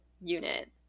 unit